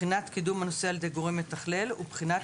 בחינת קידום הנושא על ידי גורם מתכלל ובחינת